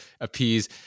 appease